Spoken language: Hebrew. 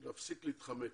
אני פותח את הישיבה,